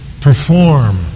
perform